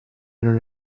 non